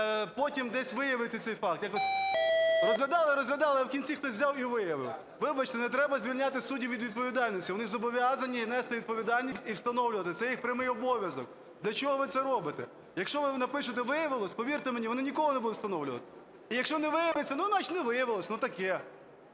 потім десь виявити цей факт якось. Розглядали-розглядали, а в кінці хтось узяв - і виявив. Вибачте, не треба звільняти суддів від відповідальності. Вони зобов'язані нести відповідальність і встановлювати, це їх прямий обов'язок. Для чого ви це робите? Якщо ви напишете "виявилось", повірте мені, вони ніколи не будуть встановлювати. І якщо не виявиться, ну, значить не виявилось, ну, таке.